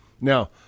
Now